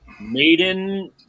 Maiden